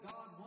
God